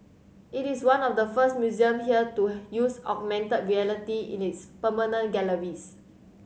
it is one of the first museums here to use augmented reality in its permanent galleries